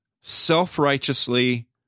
self-righteously